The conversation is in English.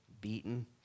beaten